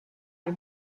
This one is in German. den